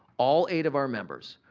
all eight of our members,